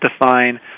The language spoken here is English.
define